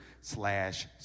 slash